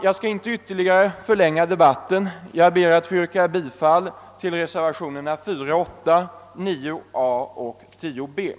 Jag skall inte förlänga debatten ytterligare utan ber att få yrka